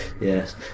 Yes